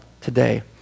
today